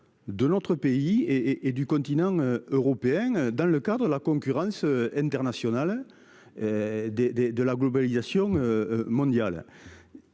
De notre pays et et du continent européen dans le cadre à la concurrence internationale. Des des de la globalisation. Mondiale.